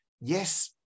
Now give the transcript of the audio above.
yes